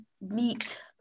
meet